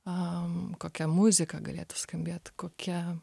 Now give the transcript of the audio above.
am kokia muzika galėtų skambėti kokia